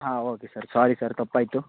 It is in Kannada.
ಹಾಂ ಓಕೆ ಸರ್ ಸ್ವಾರಿ ಸರ್ ತಪ್ಪಾಯಿತು